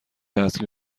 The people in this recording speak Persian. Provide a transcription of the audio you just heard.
اصلی